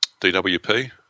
DWP